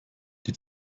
die